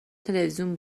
تلویزیون